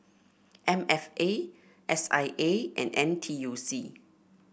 M F A S I A and N T U C